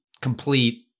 complete